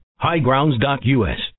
Highgrounds.us